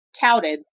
touted